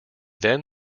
then